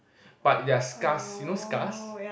but they are scars you know scars